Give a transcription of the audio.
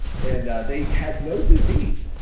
and they had no disease.